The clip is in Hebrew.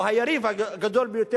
או היריב הגדול ביותר,